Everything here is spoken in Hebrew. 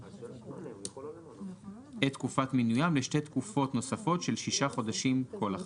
את תקופת מינויים לשתי תקופות נוספות של שישה חודשים כל אחת.